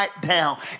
down